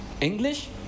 English